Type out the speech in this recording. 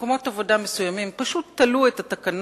ומקומות עבודה מסוימים פשוט תלו את התקנון,